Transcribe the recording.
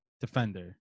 defender